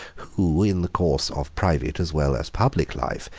who, in the course of private as well as public life,